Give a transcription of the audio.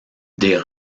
des